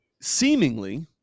seemingly